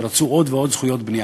שרצו עוד ועוד זכויות בנייה,